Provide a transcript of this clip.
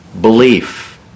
Belief